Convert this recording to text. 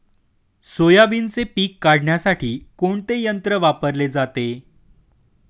सोयाबीनचे पीक काढण्यासाठी कोणते यंत्र वापरले जाते?